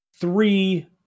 three